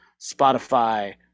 Spotify